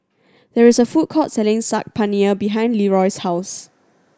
there is a food court selling Saag Paneer behind Leeroy's house